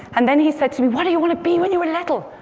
and then he said to me, what did you want to be when you were little?